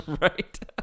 Right